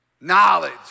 knowledge